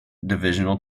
divisional